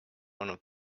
olnud